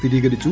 സ്ഥിരീകരിച്ചു